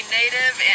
native